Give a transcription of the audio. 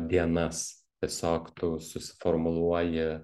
dienas tiesiog tu susiformuluoji